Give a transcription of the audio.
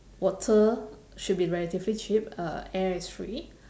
water should be relatively cheap uh air is free